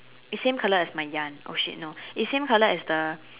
is same colour as my yarn !oh-shit! no it's same colour as the